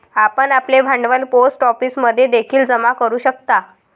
आपण आपले भांडवल पोस्ट ऑफिसमध्ये देखील जमा करू शकता